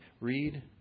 Read